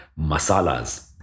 masalas